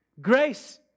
grace